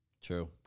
True